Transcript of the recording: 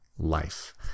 life